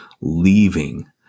leaving